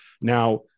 Now